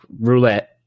roulette